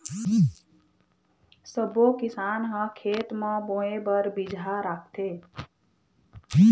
सब्बो किसान ह खेत म बोए बर बिजहा राखथे